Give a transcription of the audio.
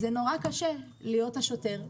נורא קשה להיות השוטר,